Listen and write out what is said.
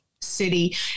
city